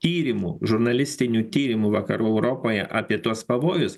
tyrimų žurnalistinių tyrimų vakarų europoje apie tuos pavojus